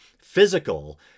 physical